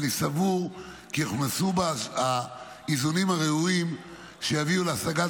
ואני סבור כי הוכנסו בה האיזונים הראויים שיביאו להשגת